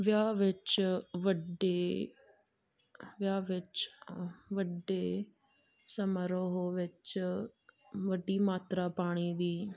ਵਿਆਹ ਵਿੱਚ ਵੱਡੇ ਵਿਆਹ ਵਿੱਚ ਵੱਡੇ ਸਮਾਰੋਹ ਵਿੱਚ ਵੱਡੀ ਮਾਤਰਾ ਪਾਣੀ ਦੀ